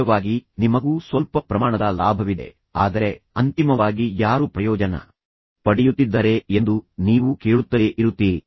ಸಹಜವಾಗಿ ನಿಮಗೂ ಸ್ವಲ್ಪ ಪ್ರಮಾಣದ ಲಾಭವಿದೆ ಆದರೆ ಅಂತಿಮವಾಗಿ ಯಾರು ಪ್ರಯೋಜನ ಪಡೆಯುತ್ತಿದ್ದಾರೆ ಎಂದು ನೀವು ಕೇಳುತ್ತಲೇ ಇರುತ್ತೀರಿ